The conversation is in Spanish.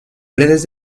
redes